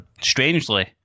strangely